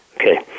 Okay